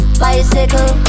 bicycle